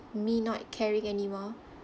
me not caring anymore